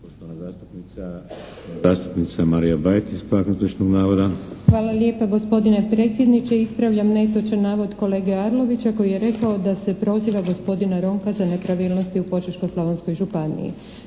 Hvala lijepa gospodine predsjedniče. Ispravljam netočan navod kolege Arlovića, koji je rekao da se proziva gospodina Ronka za nepravilnosti u Požeško-slavonskoj županiji.